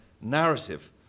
narrative